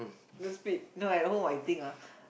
the speed no at home I think ah